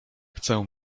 chcę